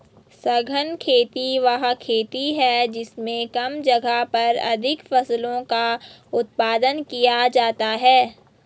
सघन खेती वह खेती है जिसमें कम जगह पर अधिक फसलों का उत्पादन किया जाता है